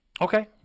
Okay